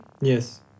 Yes